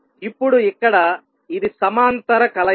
ఇప్పుడు ఇక్కడ ఇది సమాంతర కలయిక